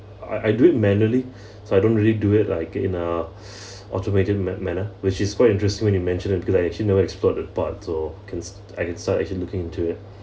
I I do it manually so I don't really do it like in uh automated ma~ manner which is quite interesting when you mentioned it because I actually never explored that part or cause I can start actually looking into